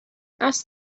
asked